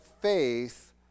faith